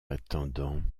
attendant